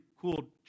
cool